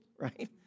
right